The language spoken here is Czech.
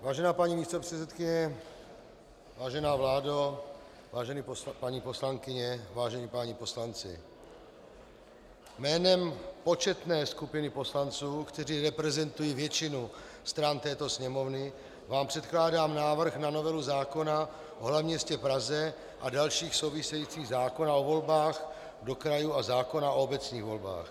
Vážená paní místopředsedkyně, vážená vládo, vážené paní poslankyně, vážení páni poslanci, jménem početné skupiny poslanců, kteří reprezentují většinu stran této Sněmovny, vám předkládám návrh na novelu zákona o hlavním městě Praze a dalších souvisejících zákonech o volbách do krajů a zákona o obecních volbách.